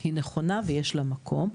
היא נכונה ויש לה מקום.